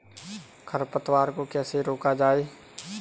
खरपतवार को कैसे रोका जाए?